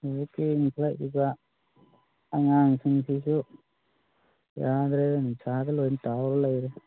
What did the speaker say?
ꯍꯧꯖꯤꯛꯀꯤ ꯏꯟꯈꯠꯂꯛꯏꯕ ꯑꯉꯥꯡꯁꯤꯡꯁꯤꯁꯨ ꯌꯥꯗ꯭ꯔꯦꯗ ꯅꯤꯁꯥꯗ ꯂꯣꯏ ꯇꯥꯎꯔ ꯂꯩꯔꯦ